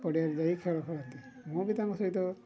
ପଡ଼ିଆରେ ଯାଇ ଖେଳ ଖେଳନ୍ତି ମୁଁ ବି ତାଙ୍କ ସହିତ